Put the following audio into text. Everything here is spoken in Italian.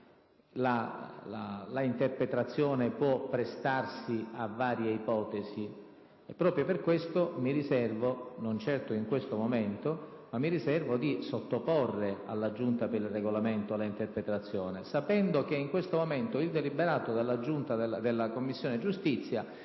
l'interpretazione può prestarsi a varie ipotesi, e proprio per questo mi riservo, non certo in questo momento, di richiedere alla Giunta per il Regolamento un'interpretazione, sapendo che in questo momento il deliberato della Commissione giustizia